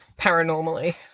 paranormally